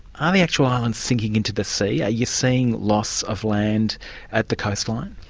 ah the actual islands sinking into the sea? are you seeing loss of land at the coastline?